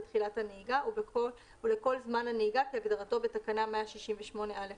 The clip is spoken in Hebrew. בתחילת הנהיגה ולכל זמן הנהיגה כהגדרתו בתקנה 168א(א);